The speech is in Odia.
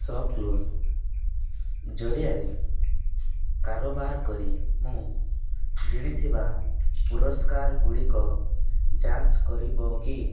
ସପ୍ କ୍ଲୋଜ୍ ଜରିଆରେ କାରବାର କରି ମୁଁ ଜିଣିଥିବା ପୁରସ୍କାରଗୁଡ଼ିକ ଯାଞ୍ଚ କରିବ କି